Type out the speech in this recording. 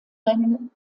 rennen